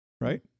right